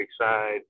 side